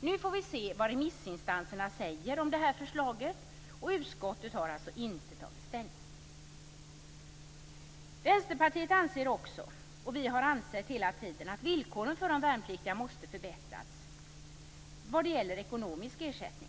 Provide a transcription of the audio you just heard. Nu får vi se vad remissinstanserna säger om det förslaget. Utskottet har alltså inte tagit ställning. Vänsterpartiet anser också, och vi har ansett hela tiden, att villkoren för de värnpliktiga måste förbättras vad gäller ekonomisk ersättning.